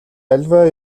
аливаа